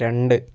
രണ്ട്